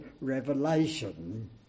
Revelation